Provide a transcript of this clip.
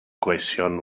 gweision